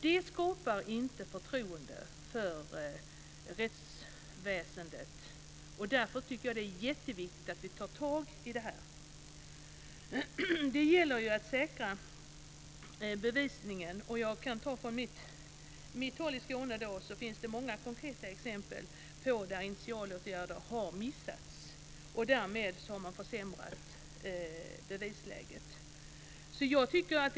Det skapar inte förtroende för rättsväsendet. Därför är det jätteviktigt att ta tag i detta. Det gäller att säkra bevisningen. Det finns många konkreta exempel i Skåne där initialåtgärder har missats, och därmed har bevisläget försämrats.